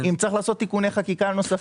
האם צריך לעשות תיקוני חקיקה נוספים?